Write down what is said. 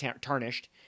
tarnished